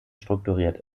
strukturiert